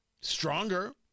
stronger